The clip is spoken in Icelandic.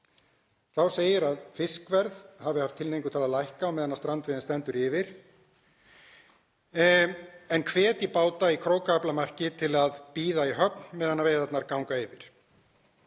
Þá segir að fiskverð hafi haft tilhneigingu til að lækka á meðan strandveiðin stendur yfir en hvetji báta í krókaaflamarki til að bíða í höfn meðan veiðarnar ganga yfir.